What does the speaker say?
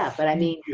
ah but i mean,